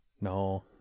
no